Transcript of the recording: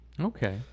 Okay